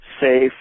safe